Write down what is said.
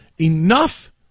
enough